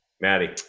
Maddie